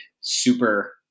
super